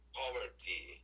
poverty